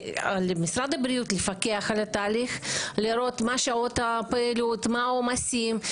משרד הבריאות צריך לפקח על התהליך ולראות מהן שעות הפעילות ומה העומסים.